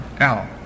out